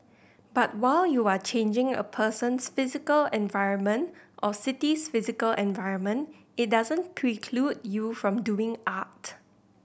but while you are changing a person's physical environment or city's physical environment it doesn't preclude you from doing art